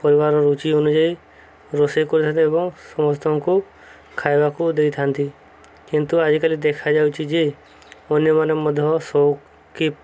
ପରିବାର ରୁଚି ଅନୁଯାୟୀ ରୋଷେଇ କରିଥାନ୍ତି ଏବଂ ସମସ୍ତଙ୍କୁ ଖାଇବାକୁ ଦେଇଥାନ୍ତି କିନ୍ତୁ ଆଜିକାଲି ଦେଖାଯାଉଛି ଯେ ଅନ୍ୟମାନେ ମଧ୍ୟ ସଉକି